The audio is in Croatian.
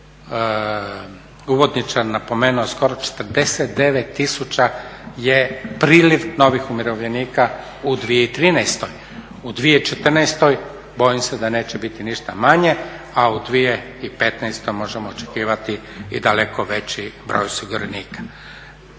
uvodničar napomenuo, skoro 49 tisuća je priljev novih umirovljenika u 2013. U 2014. bojim se da neće biti ništa manje, a u 2015. možemo očekivati i daleko veći broj osiguranika.